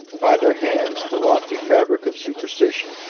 by their hands the lofty fabric of superstition,